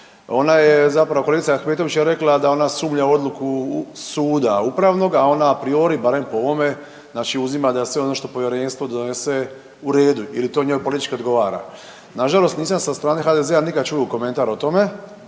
Ona je zapravo kolegica Ahmetović je rekla da ona sumnja u odluku suda upravnog, a ona a priori barem po ovome uzima da je sve ono što povjerenstvo donese u redu ili to njoj politički odgovara. Nažalost nisam sa strane HDZ-a nikad čuo komentar o tome,